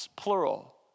plural